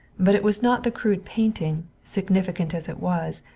but it was not the crude painting, significant as it was,